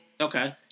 Okay